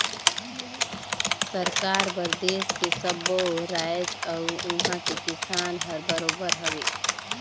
सरकार बर देस के सब्बो रायाज अउ उहां के किसान हर बरोबर हवे